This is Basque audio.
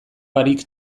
barik